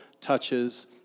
touches